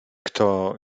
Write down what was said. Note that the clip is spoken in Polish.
kto